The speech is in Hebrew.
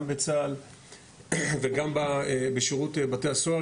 גם בצה"ל וגם בשירות בתי הסוהר.